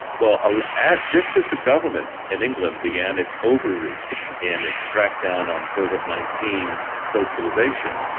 well ah at just as the government in england began its overreach in its crackdown on covid nineteen socialization.